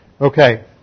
Okay